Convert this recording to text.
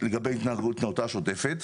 לגבי התנהלותה השוטפת.